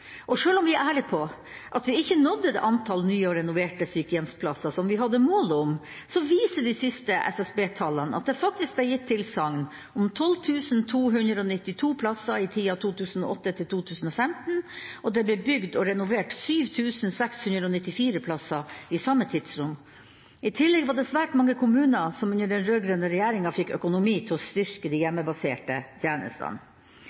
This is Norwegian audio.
Og selv om vi er ærlige på at vi ikke nådde det antallet nye og renoverte sykehjemsplasser som vi hadde som mål, viser de siste SSB-tallene at det faktisk ble gitt tilsagn om 12 292 plasser i tida 2008–2015, og det ble bygd og renovert 7 694 plasser i samme tidsrom. I tillegg var det svært mange kommuner som under den rød-grønne regjeringa fikk økonomi til å styrke de